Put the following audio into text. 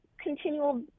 continual